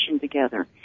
together